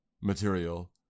material